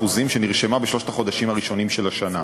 שנרשמה בשלושת החודשים הראשונים של השנה,